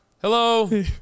hello